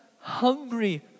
hungry